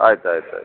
ಆಯ್ತು ಆಯ್ತು ಆಯ್ತು